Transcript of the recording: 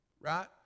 right